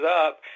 up